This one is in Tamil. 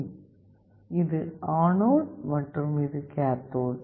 இது ஆனோட் மற்றும் இது கேத்தோடு